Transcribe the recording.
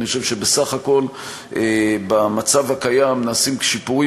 אני חושב שבסך הכול במצב הקיים נעשים שיפורים